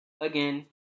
again